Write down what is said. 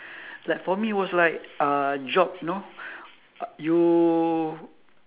like for me was like uh job you know you